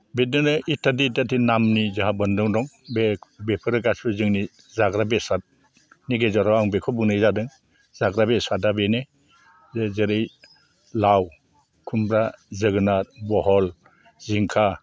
बिदिनो इटादि इटादि नामनि जोंहा बोन्दों दं बे बेफोरो गासै जोंनि जाग्रा बेसादनि गेजेराव आं बेखौ बुंनाय जादों जाग्रा बेसादआ बेनो जे जेरै लाउ खुमब्रा जोगोनार बहल जिंखा